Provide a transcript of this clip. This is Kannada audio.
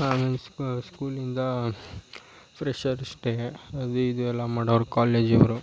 ಸ್ಕೂಲಿಂದ ಪ್ರೆಷರ್ಸ್ ಡೇ ಅದು ಇದು ಎಲ್ಲ ಮಾಡೋರು ಕಾಲೇಜ್ ಅವರು